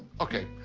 ok.